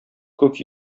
күк